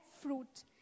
fruit